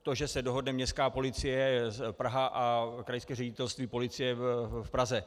To, že se dohodne Městská policie Praha a Krajské ředitelství policie v Praze.